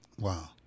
Wow